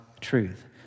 truth